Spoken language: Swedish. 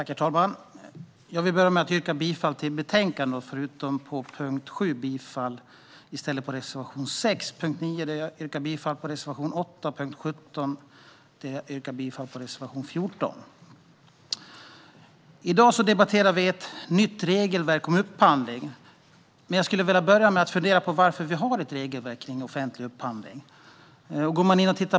Herr talman! Jag vill börja med att yrka bifall till förslaget i betänkandet, utom när det gäller punkt 7, där jag i stället yrkar bifall till reservation 6, punkt 9, där jag yrkar bifall till reservation 8, och punkt 17, där jag yrkar bifall till reservation 14. I dag debatterar vi ett nytt regelverk om upphandling, men jag skulle vilja börja med att fundera på varför vi har ett regelverk för offentlig upphandling.